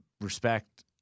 respect